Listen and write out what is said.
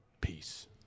Peace